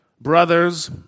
Brothers